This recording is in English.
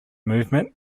movement